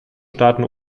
staaten